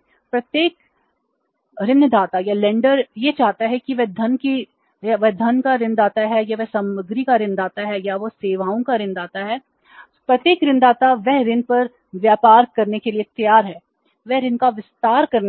क्योंकि प्रत्येक ऋणदाता की